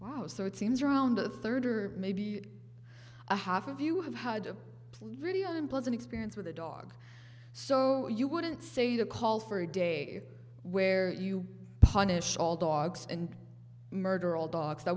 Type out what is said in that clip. wow so it seems around a third or maybe a half of you have had a really unpleasant experience with a dog so you wouldn't say the call for a day where you punish all dogs and murder all dogs that